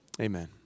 Amen